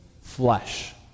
flesh